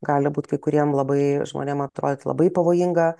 gali būt kai kuriem labai žmonėm atrodyt labai pavojinga